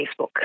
Facebook